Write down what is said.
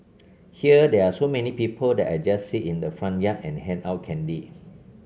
here there are so many people that I just sit in the front yard and hand out candy